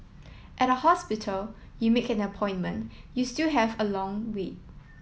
at a hospital you make an appointment you still have a long wait